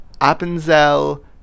Appenzell